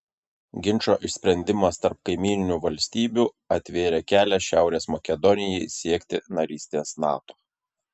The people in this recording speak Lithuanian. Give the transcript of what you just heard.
ginčo išsprendimas tarp kaimyninių valstybių atvėrė kelią šiaurės makedonijai siekti narystės nato